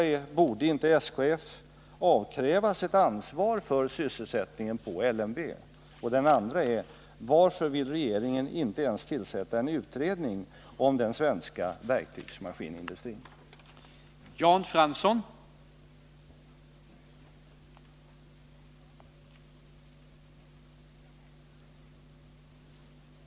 Nr 56 Den första frågan är: Borde inte SKF avkrävas ett ansvar för sysselsätt Tisdagen den om den svenska verktygsmaskinindustrin? Om arbetsmark